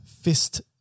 fist